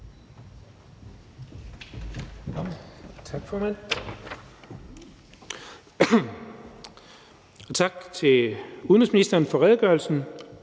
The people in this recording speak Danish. tak til udenrigsministeren for redegørelsen.